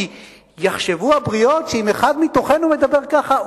כי יחשבו שאם אחד מתוכנו מדבר ככה,